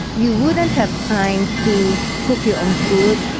you wouldn't have time to cook your own food,